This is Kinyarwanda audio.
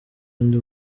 undi